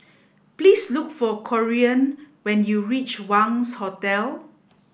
please look for Corean when you reach Wangz Hotel